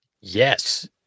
Yes